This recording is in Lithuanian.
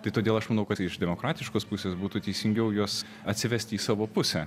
tai todėl aš manau kad iš demokratiškos pusės būtų teisingiau juos atsivesti į savo pusę